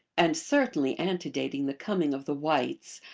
and certainly antedating the com ing of the whites,